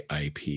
IP